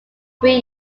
three